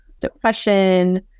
depression